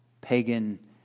pagan